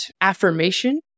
affirmation